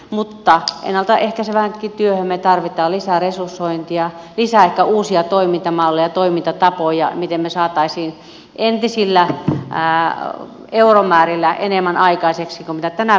mutta ennalta ehkäiseväänkin työhön me tarvitsemme lisää resursointia ehkä uusia toimintamalleja toimintatapoja miten saataisiin entisillä euromäärillä enemmän aikaiseksi kuin mitä tänä päivänä